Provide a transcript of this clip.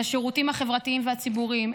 לשירותים החברתיים והציבוריים,